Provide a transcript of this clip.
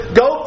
go